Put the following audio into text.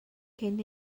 cyn